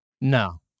No